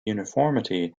uniformity